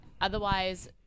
otherwise